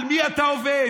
על מי אתה עובד?